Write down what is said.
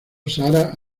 sarah